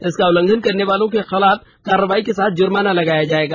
इसका उल्लंघन करने वालों के खिलाफ कार्रवाई के साथ जुर्माना लगाया जाएगा